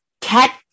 cat